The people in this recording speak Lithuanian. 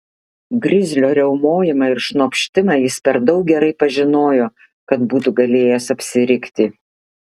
grizlio riaumojimą ir šnopštimą jis per daug gerai pažinojo kad būtų galėjęs apsirikti